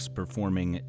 performing